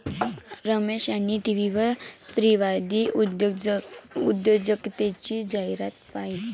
रमेश यांनी टीव्हीवर स्त्रीवादी उद्योजकतेची जाहिरात पाहिली